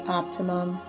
optimum